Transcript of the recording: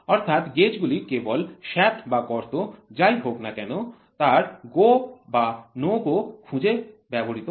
অর্থাৎ গেজ গুলি কেবল শ্যাফ্ট বা গর্ত যাই হোক না কেন তার GO বা NO GO খুঁজতে ব্যবহৃত হয়